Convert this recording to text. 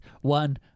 one